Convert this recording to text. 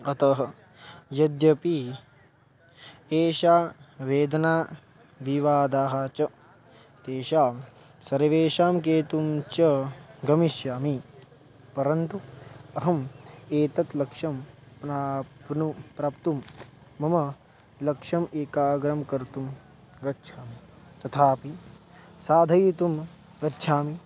अतः यद्यपि एषा वेदनाः विवादाः च तेषां सर्वेषां कर्तुं च गमिष्यामि परन्तु अहम् एतत् लक्ष्यं प्राप्तुं प्राप्तुं मम लक्ष्यम् एकाग्रं कर्तुं गच्छामि तथापि साधयितुं गच्छामि